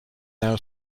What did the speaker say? now